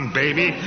baby